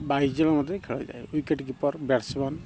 ବାଇଶି ଜଣ ମଧ୍ୟରେ ଖେଳହେଇଥାଏ ୱିକେଟ୍ କିପର୍ ବ୍ୟାଟ୍ସମ୍ୟାନ୍